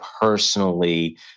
personally